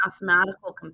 mathematical